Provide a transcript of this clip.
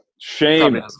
shame